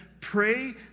Pray